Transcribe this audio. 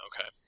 Okay